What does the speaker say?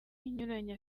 inyuranye